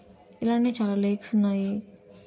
ఇలాగే చాలా లేక్సు ఉన్నాయి